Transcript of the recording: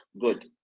Good